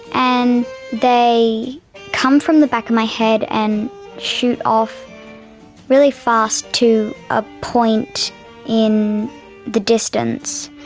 and they come from the back of my head and shoot off really fast to a point in the distance.